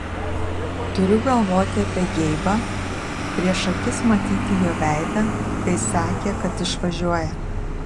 turiu galvoti apie geibą prieš akis matyti jo veidą kai sakė kad išvažiuoja